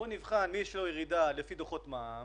בוא נבחן מי יש לו ירידה לפי דוחות מע"מ,